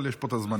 יש פה את הזמנים.